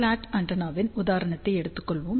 slot ஆண்டெனாவின் உதாரணத்தை எடுத்துக் கொள்வோம்